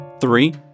three